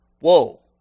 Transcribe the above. Whoa